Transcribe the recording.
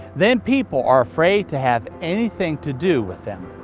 then people are afraid to have anything to do with them.